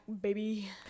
baby